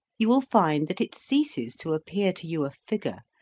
you will find that it ceases to appear to you a figure,